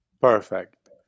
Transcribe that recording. perfect